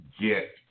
Get